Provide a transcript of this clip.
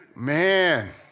Man